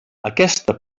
aquesta